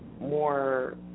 more